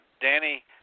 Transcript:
Danny